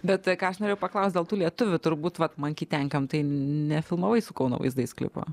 bet ką aš norėjau paklaust dėl tų lietuvių turbūt vat mankitenkam tai nefilmavai su kauno vaizdais klipo